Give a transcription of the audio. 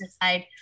decide